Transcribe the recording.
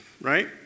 right